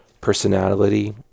personality